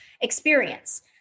experience